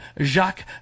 Jacques